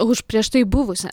už prieš tai buvusią